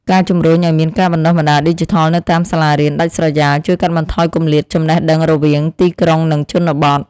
ការជំរុញឱ្យមានការបណ្តុះបណ្តាលឌីជីថលនៅតាមសាលារៀនដាច់ស្រយាលជួយកាត់បន្ថយគម្លាតចំណេះដឹងរវាងទីក្រុងនិងជនបទ។